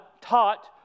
taught